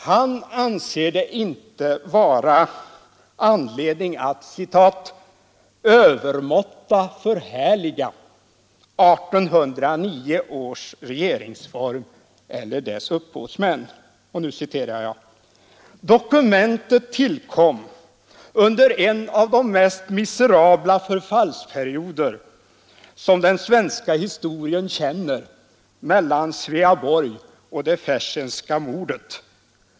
Han anser det inte vara anledning att ”övermåttan förhärliga” 1809 års regeringsform eller dess upphovsmän: ”Dokumentet tillkom under en av de mest miserabla förfallsperioder som den svenska historien känner, mellan Sveaborg och fersenska mordet.